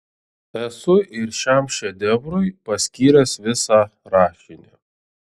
esu ir šiam šedevrui paskyręs visą rašinį